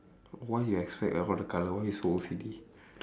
why you expect all the colour why you so O_C_D